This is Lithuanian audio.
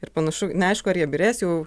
ir panašu neaišku ar jie byrės jau